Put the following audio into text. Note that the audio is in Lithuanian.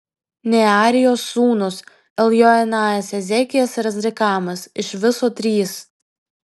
nearijos sūnūs eljoenajas ezekijas ir azrikamas iš viso trys